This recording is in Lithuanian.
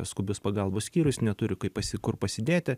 skubios pagalbos skyrius neturi kaip pasi kur pasidėti